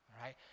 right